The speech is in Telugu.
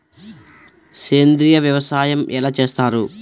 సేంద్రీయ వ్యవసాయం ఎలా చేస్తారు?